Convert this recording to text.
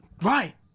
Right